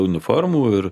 uniformų ir